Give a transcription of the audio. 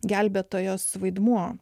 gelbėtojos vaidmuo